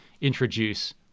introduce